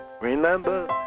Remember